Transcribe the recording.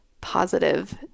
positive